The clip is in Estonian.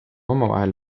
omavahel